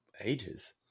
ages